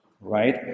right